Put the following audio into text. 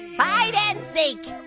hide and seek.